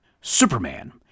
Superman